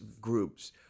groups